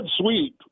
Sweet